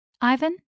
Ivan